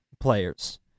Players